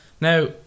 Now